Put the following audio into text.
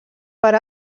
per